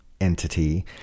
entity